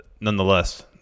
nonetheless